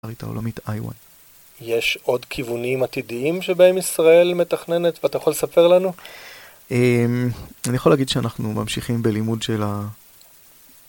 יש עוד כיוונים עתידיים שבהם ישראל מתכננת ואתה יכול לספר לנו? אני יכול להגיד שאנחנו ממשיכים בלימוד של ה...